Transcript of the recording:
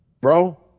bro